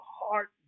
heart